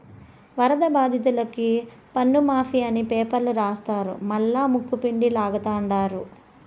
వరద బాధితులకి పన్నుమాఫీ అని పేపర్ల రాస్తారు మల్లా ముక్కుపిండి లాగతండారు